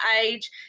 age